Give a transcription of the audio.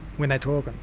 when they're talking.